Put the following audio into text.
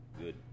good